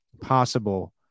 possible